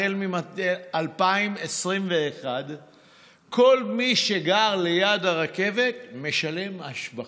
החל מ-2021 כל מי שגר ליד הרכבת משלם השבחה.